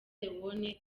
leone